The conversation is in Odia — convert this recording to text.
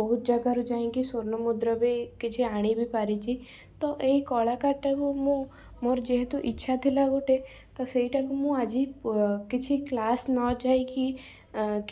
ବହୁତ ଜାଗାରୁ ଯାଇକି ସ୍ଵର୍ଣ୍ଣମୁଦ୍ରା ବି କିଛି ଆଣି ବି ପାରିଛି ତ ଏଇ କଳାକାରଟାକୁ ମୁଁ ମୋର ଯେହେତୁ ଇଚ୍ଛା ଥିଲା ଗୋଟେ ତ ସେଇଟାକୁ ମୁଁ ଆଜି ଓ କିଛି କ୍ଲାସ୍ ନଯାଇକି